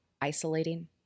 isolating